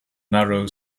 narrow